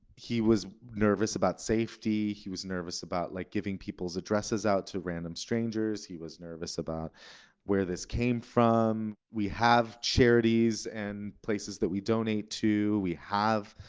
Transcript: he was nervous about safety. he was nervous about like giving people's addresses out to random strangers. he was nervous about where this came from. from. we have charities and places that we donate to. we have